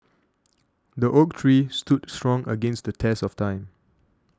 the oak tree stood strong against the test of time